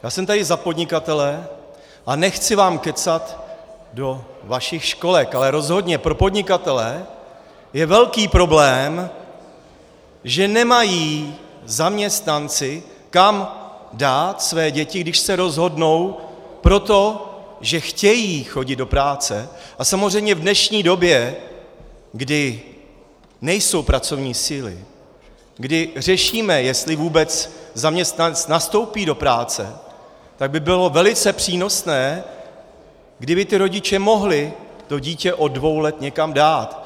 Já jsem tu za podnikatele a nechci vám kecat do vašich školek, ale rozhodně pro podnikatele je velký problém, že zaměstnanci nemají kam dát své děti, když se rozhodnou pro to, že chtějí chodit do práce, a samozřejmě v dnešní době, kdy nejsou pracovní síly, kdy řešíme, jestli vůbec zaměstnanec nastoupí do práce, by bylo velice přínosné, kdyby rodiče mohli dítě od dvou let někam dát.